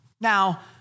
Now